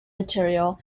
material